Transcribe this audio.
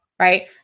right